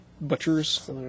butchers